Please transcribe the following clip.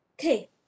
Okay